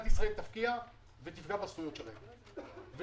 שמי שהוביל אותו ביחד איתי עוד פעם,